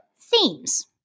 Themes